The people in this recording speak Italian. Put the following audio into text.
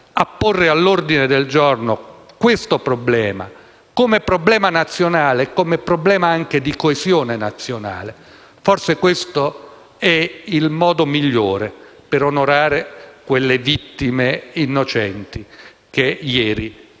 a porre all'ordine del giorno questo problema come problema nazionale e come problema di coesione nazionale, forse quello sarà il modo migliore per onorare le vittime innocenti che ieri hanno